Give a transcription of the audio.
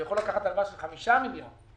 אז הוא יכול לקחת הלוואה של 5 מיליון שקלים.